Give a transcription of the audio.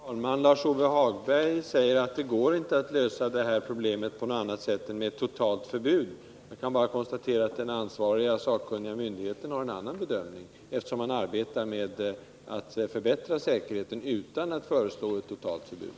Fru talman! Lars-Ove Hagberg säger att det inte går att lösa problemet med dieseldrift i slutna utrymmen på annat sätt än med ett totalt förbud. Jag kan bara konstatera att den ansvariga sakkunniga myndigheten har en annan bedömning, eftersom den arbetar med att förbättra säkerheten utan att föreslå ett totalt förbud.